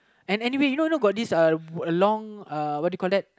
and anyway you know got this uh a long uh what do you call that